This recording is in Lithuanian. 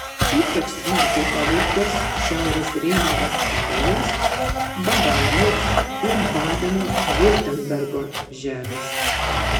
ypač smarkiai paveiktos šiaurės reino vestfalijos bavarijos ir badeno viurtembergo žemės